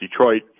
Detroit